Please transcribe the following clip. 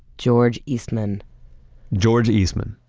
george eastman george eastman,